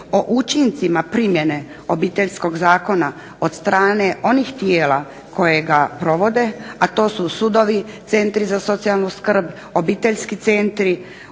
o učincima primjene Obiteljskog zakona od strane onih tijela koje ga provode, a to su sudovi, Centri za socijalnu skrb, obiteljski centri,